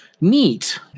neat